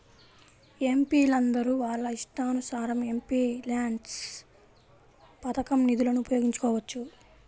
ఎంపీలందరూ వాళ్ళ ఇష్టానుసారం ఎంపీల్యాడ్స్ పథకం నిధులను ఉపయోగించుకోవచ్చు